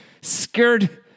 scared